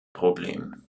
problem